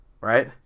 right